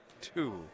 two